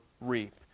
reap